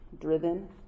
driven